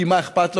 כי מה אכפת לו?